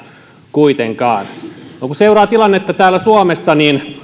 kuitenkaan kun seuraa tilannetta täällä suomessa niin